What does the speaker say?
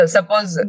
Suppose